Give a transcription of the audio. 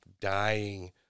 dying